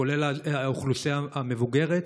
כולל האוכלוסייה המבוגרת,